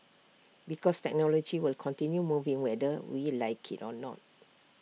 because technology will continue moving whether we like IT or not